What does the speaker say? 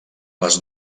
les